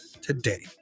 today